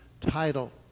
title